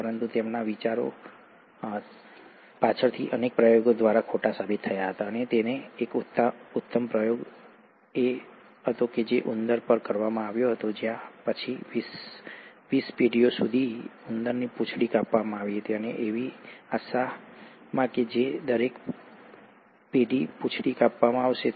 પરંતુ તેમના વિચારો પાછળથી અનેક પ્રયોગો દ્વારા ખોટા સાબિત થયા હતા અને એક ઉત્તમ પ્રયોગ એ પ્રયોગ હતો જે ઉંદર પર કરવામાં આવ્યો હતો જ્યાં પછીની વીસ પેઢીઓ સુધી ઉંદરની પૂંછડી કાપવામાં આવી હતી એવી આશામાં કે જો દરેક પેઢી પૂંછડી કાપવામાં આવશે